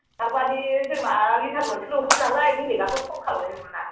थारमानि जोंना लिटार मोनसेल' ओंखारो नालाय बेलेकआथ' खम खालायनाय नङाना